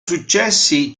successi